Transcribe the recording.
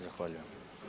Zahvaljujem.